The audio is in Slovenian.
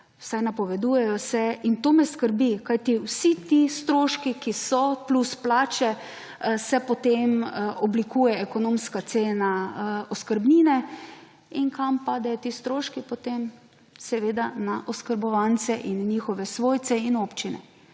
vsaj napovedujejo se in to me skrbi. Kajti, vsi ti stroški, ki so plus plače se potem oblikuje ekonomska cena oskrbnine. In kam padejo ti stroški potem? Seveda na oskrbovance in njihove svojce in občine.